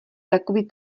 takový